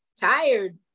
tired